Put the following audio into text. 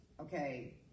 okay